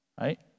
right